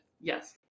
Yes